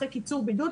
אחרי קיצור בידוד,